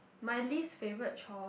my least favorite chore